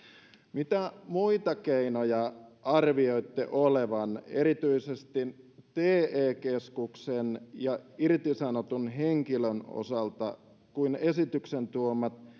mitä muita keinoja arvioitte olevan erityisesti te keskuksen ja irtisanotun henkilön osalta kuin esityksen tuomat